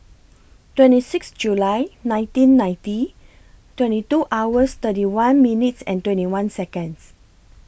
twenty six July nineteen ninety twenty two hours thirty one minutes and twenty one Seconds